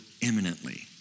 imminently